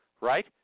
right